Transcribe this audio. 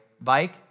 bike